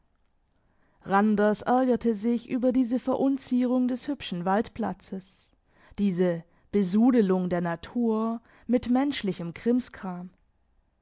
randers ärgerte sich über diese verunzierung des hübschen waldplatzes diese besudelung der natur mit menschlichem krimskram